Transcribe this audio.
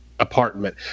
apartment